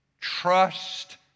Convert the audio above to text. Trust